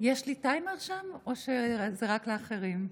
יש לי טיימר שם או שזה רק לאחרים?